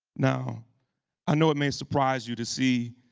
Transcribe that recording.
now i know it may surprise you to see